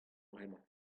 bremañ